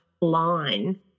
line